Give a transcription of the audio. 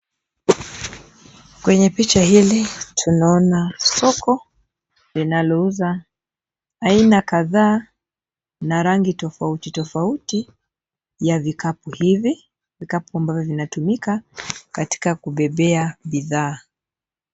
Kwenye picha hili, tunaona soko linalouza aina kadhaa na rangi tofauti tofauti ya vikapu hivi, vikapu ambavyo vinatumika katika kubebea bidhaa.